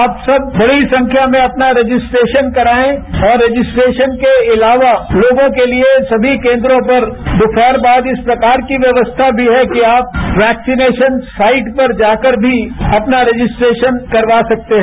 आप सब बड़ी संख्या में अपना रजिस्ट्रेशन कराएं और रजिस्ट्रेशन के अलावा लोगों के लिए सभी केन्द्रों पर दोषहर बाद इस प्रकार की व्यवस्था भी है कि आप वैक्सीनेशन साइट पर जाकर भी अपना रणिस्ट्रेशन करवा सकते हैं